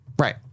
Right